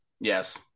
Yes